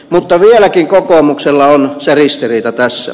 mutta vieläkin kokoomuksella on se ristiriita tässä